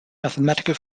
mathematical